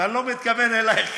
ואני לא מתכוון אלייך,